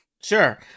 Sure